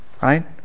Right